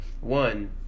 one